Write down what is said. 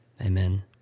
Amen